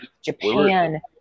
Japan